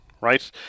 right